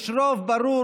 יש רוב ברור,